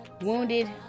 wounded